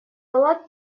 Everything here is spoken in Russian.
палат